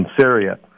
Syria